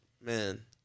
Man